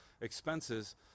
expenses